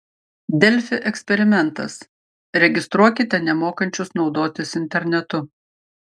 delfi eksperimentas registruokite nemokančius naudotis internetu